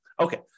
Okay